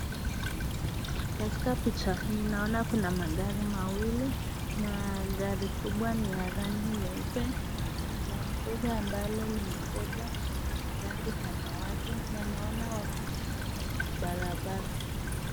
Katika picha naona kuna magari mawili na gari kubwa ni ya rangi nyeupe na gari ndogo ambalo linapepwa ni ya rangi samawadi nano w wako barabara.